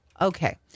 Okay